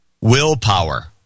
Willpower